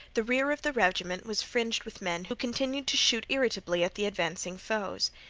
the rear of the regiment was fringed with men, who continued to shoot irritably at the advancing foes.